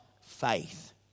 faith